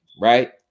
right